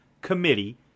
committee